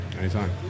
Anytime